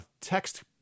text